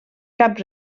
cap